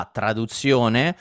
traduzione